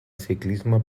ciclisme